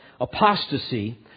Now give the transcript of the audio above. apostasy